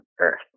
earth